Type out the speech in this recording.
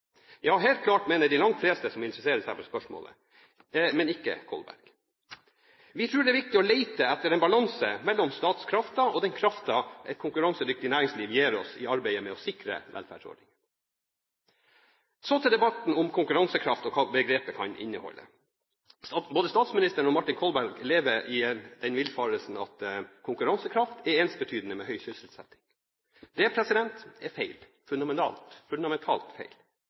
Ja, helt klart, mener de langt fleste som interesserer seg for spørsmålet – men ikke Kolberg. Vi tror det er viktig å lete etter balansen mellom statskraften og den kraften et konkurransedyktig næringsliv gir oss i arbeidet med å sikre velferdsordningene. Så til debatten om konkurransekraft og hva begrepet kan inneholde. Både statsministeren og Martin Kolberg lever i den villfarelsen at konkurransekraft er ensbetydende med høy sysselsetting. Det er feil – fundamentalt feil.